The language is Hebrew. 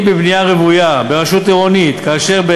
בבנייה רוויה ברשות עירונית שטרם החלה בנייתם.